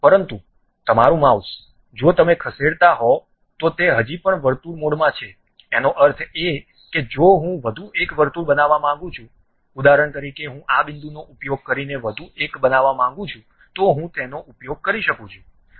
પરંતુ તમારું માઉસ જો તમે ખસેડતા હોવ તો તે હજી પણ વર્તુળ મોડમાં છે એનો અર્થ એ કે જો હું વધુ એક વર્તુળ બનાવવા માંગું છું ઉદાહરણ તરીકે હું આ બિંદુનો ઉપયોગ કરીને વધુ એક બનાવવા માંગું છું તો હું તેનો ઉપયોગ કરી શકું છું